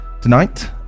Tonight